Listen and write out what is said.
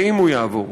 אם הוא יעבור,